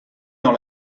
dans